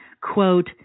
quote